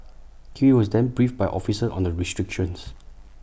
he was then briefed by officers on the restrictions